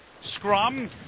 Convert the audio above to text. scrum